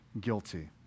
guilty